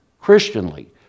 Christianly